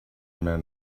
men